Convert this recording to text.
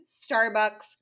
Starbucks